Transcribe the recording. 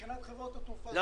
מבחינת חברות התעופה.